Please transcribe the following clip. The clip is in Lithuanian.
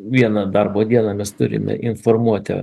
vieną darbo dieną mes turime informuoti